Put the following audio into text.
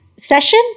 Session